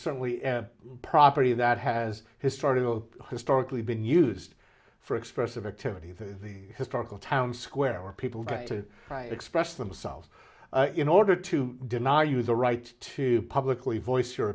certainly property that has his started of historically been used for expressive activity there is the historical town square where people back to express themselves in order to deny you the right to publicly voice your